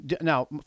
Now